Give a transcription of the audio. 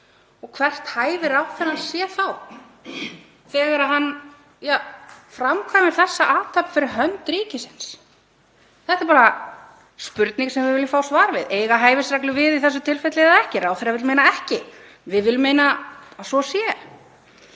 og hvert hæfi ráðherrann sé þá þegar hann framkvæmir þessa athöfn fyrir hönd ríkisins. Þetta er bara spurning sem við viljum fá svar við: Eiga hæfisreglur við í þessu tilfelli eða ekki? Ráðherra vill meina ekki. Við viljum meina að svo sé.